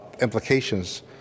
implications